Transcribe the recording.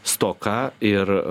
stoka ir